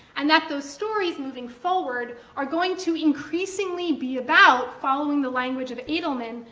and that those stories, moving forward, are going to increasingly be about, following the language of adelman,